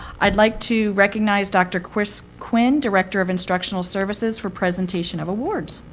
i'd like to recognize dr. chris quinn, director of instructional services, for presentation of awards.